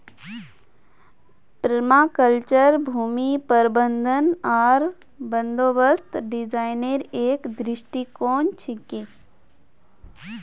permaculture भूमि प्रबंधन आर बंदोबस्त डिजाइनेर एक दृष्टिकोण छिके